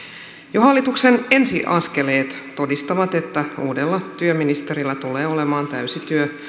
jo hallituksen ensiaskeleet todistavat että uudella työministerillä tulee olemaan täysi työ